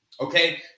Okay